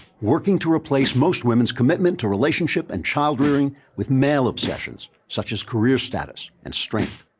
working to replace most women's commitment to relationship and child-rearing, with male obsessions, such as career status and strength.